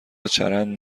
چرند